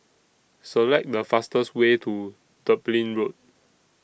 Select The fastest Way to Dublin Road